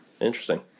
Interesting